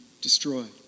destroyed